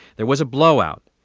there was a blowout.